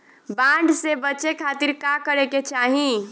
बाढ़ से बचे खातिर का करे के चाहीं?